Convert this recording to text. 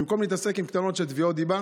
במקום להתעסק עם קטנות של תביעות דיבה?